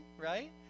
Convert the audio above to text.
right